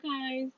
guys